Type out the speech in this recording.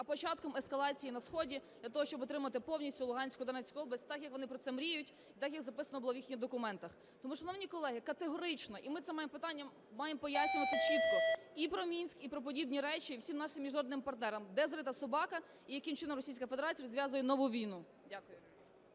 а початком ескалації на сході для того, щоб отримати повністю Луганську і Донецьку області, так, як вони про це мріють, так, як записано було в їхніх документах. Тому, шановні колеги, категорично, і ми це питання маємо пояснювати чітко, і про "Мінськ", і про подібні речі всім нашим міжнародним партнерам, де зарита собака і яким чином Російська Федерація розв'язує нову війну. Дякую.